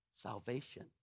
salvation